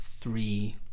three